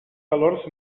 valors